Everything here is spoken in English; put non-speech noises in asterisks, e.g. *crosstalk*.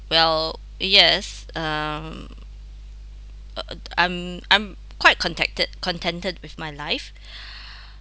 well yes I'm uh I'm I'm quite contacted contented with my life *breath*